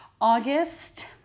August